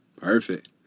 Perfect